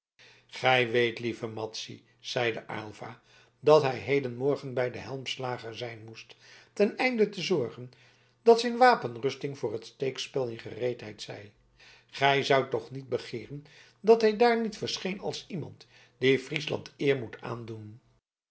gij weet lieve madzy zeide aylva dat hij hedenmorgen bij den helmslager zijn moest ten einde te zorgen dat zijn wapenrusting voor het steekspel in gereedheid zij gij zoudt toch niet begeeren dat hij daar niet verscheen als iemand die friesland eer moet aandoen